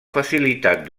facilitat